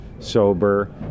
sober